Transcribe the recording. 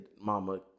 mama